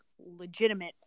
legitimate